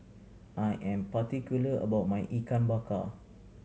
I am particular about my Ikan Bakar